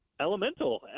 elemental